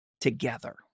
together